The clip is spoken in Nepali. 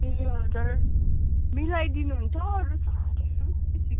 ए हजुर मिलाइदिनुहुन्छ